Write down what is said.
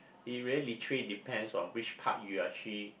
it really literally depends on which part you actually